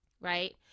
right